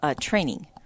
training